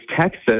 Texas